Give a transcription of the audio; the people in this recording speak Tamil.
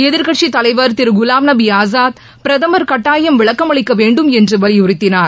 எதிர்க்கட்சித் தலைவர் திரு குலாம்நபி ஆசாத் பிரதமர் கட்டாயம் விளக்கம் அளிக்க வேண்டும் என்று வலியுறுத்தினார்